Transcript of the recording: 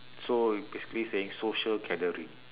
so you basically saying social gathering